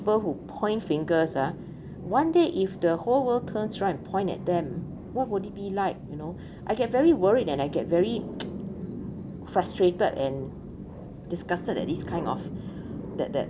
who point fingers ah one day if the whole world turns right and point at them what would it be like you know I get very worried that I get very frustrated and disgusted at this kind of that that